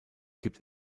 gibt